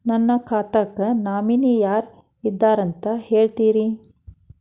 ನನ್ನ ಖಾತಾಕ್ಕ ನಾಮಿನಿ ಯಾರ ಇದಾರಂತ ಹೇಳತಿರಿ?